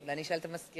אולי נשאל את המזכירה.